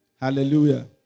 Hallelujah